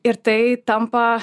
ir tai tampa